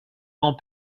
grand